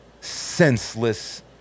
Senseless